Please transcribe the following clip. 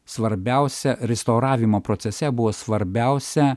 svarbiausia restauravimo procese buvo svarbiausia